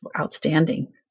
outstanding